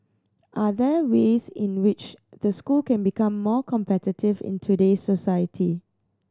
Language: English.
are there ways in which the school can become more competitive in today's society